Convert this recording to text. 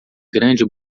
grande